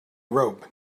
robe